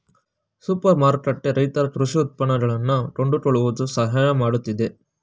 super ಮಾರುಕಟ್ಟೆ ರೈತರ ಕೃಷಿ ಉತ್ಪನ್ನಗಳನ್ನಾ ಕೊಂಡುಕೊಳ್ಳುವುದು ಸಹಾಯ ಮಾಡುತ್ತಿದೆ